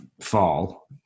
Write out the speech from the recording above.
fall